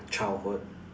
childhood